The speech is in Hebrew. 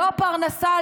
לא פרנסה,